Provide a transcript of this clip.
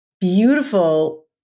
beautiful